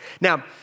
Now